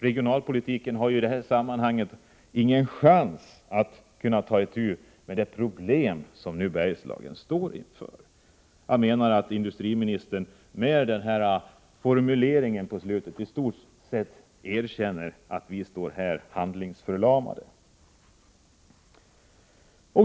Regionalpolitiken har i det här sammanhanget ingen chans att ta itu med de problem som Bergslagen står inför. Jag menar att industriministern i stort sett erkänner att vi står handlingsförlamade.